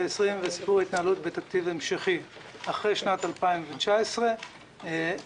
וסיפור ההתנהלות בתקציב המשכי אחרי שנת 2019 בעצם